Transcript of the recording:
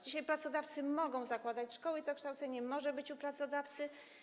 Dzisiaj pracodawcy mogą zakładać szkoły i to kształcenie może być u pracodawcy.